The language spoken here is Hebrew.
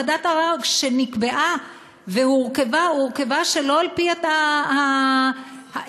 ועדת הערר נקבעה והורכבה שלא על-פי חוק,